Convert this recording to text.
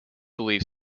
belief